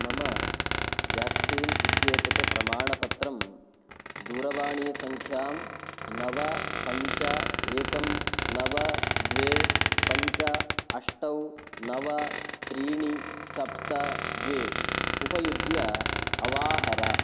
मम वैक्सीन् इत्येतत् प्रमाणपत्रं दूरवाणीसंख्यां नव पञ्च एकं नव द्वे पञ्च अष्ट नव त्रीणि सप्त द्वे उपयुज्य अवाहर